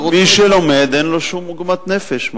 מי שלומד אין לו שום עוגמת נפש.